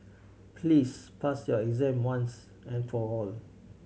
please pass your exam once and for all